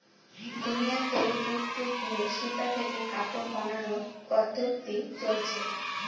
দুনিয়াতে যুগ যুগ ধরে সুতা থেকে কাপড় বানানোর পদ্ধপ্তি চলছে